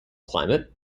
climate